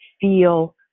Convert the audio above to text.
feel